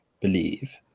believe